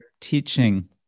teaching